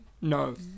No